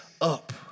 up